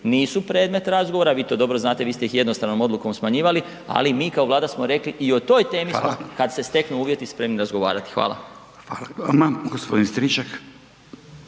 nisu predmet razgovora, vi to dobro znate, vi ste ih jednostavno odlukom smanjivali ali mi kao Vlada smo rekli i o toj temi smo da kad se steknu uvjeti spremni razgovarati. Hvala. **Radin, Furio